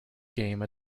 game